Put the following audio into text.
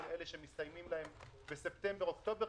אלה שמסתיימת להם התקופה בספטמבר-אוקטובר,